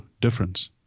difference